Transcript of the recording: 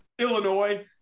illinois